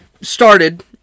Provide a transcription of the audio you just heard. started